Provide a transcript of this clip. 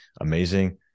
amazing